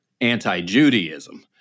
anti-Judaism